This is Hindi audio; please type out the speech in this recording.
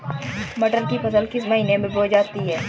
मटर की फसल किस महीने में बोई जाती है?